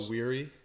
Weary